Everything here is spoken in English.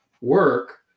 work